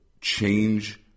change